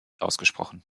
ausgesprochen